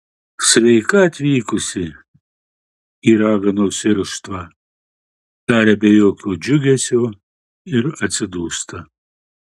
sveika atvykusi į raganos irštvą taria be jokio džiugesio ir atsidūsta